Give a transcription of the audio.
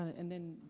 and then,